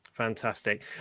fantastic